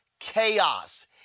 chaos